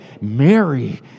Mary